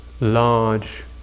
large